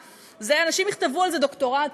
אנשים יכתבו על זה דוקטורטים,